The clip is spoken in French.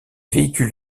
véhicules